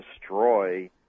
destroy